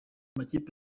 amakipe